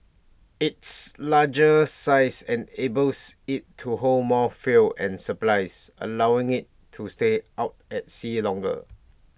its larger size enables IT to hold more fuel and supplies allowing IT to stay out at sea longer